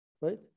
right